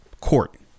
court